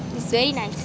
it's very nice